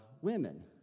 women